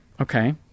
Okay